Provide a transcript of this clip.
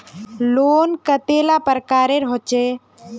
Loan कतेला प्रकारेर होचे?